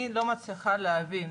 אני לא מצליחה להבין,